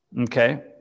Okay